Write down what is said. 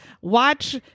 watch